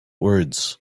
words